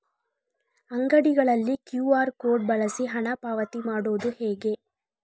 ಅಂಗಡಿಗಳಲ್ಲಿ QR code ಬಳಸಿ ಹಣ ಪಾವತಿ ಮಾಡೋದು ಹೇಗೆ?